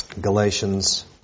Galatians